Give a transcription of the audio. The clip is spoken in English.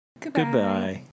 Goodbye